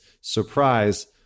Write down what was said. surprise